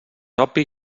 obvi